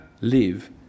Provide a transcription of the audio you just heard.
live